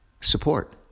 support